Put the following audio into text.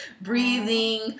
breathing